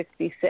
1966